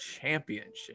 Championship